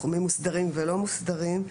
תחומים מוסדרים ולא מוסדרים: